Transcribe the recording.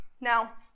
Now